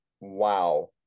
wow